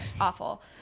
awful